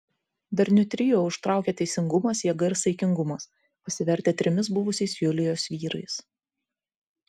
darniu trio užtraukė teisingumas jėga ir saikingumas pasivertę trimis buvusiais julijos vyrais